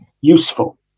useful